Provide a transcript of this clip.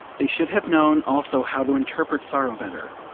they should have known also how to interpret sorrow better.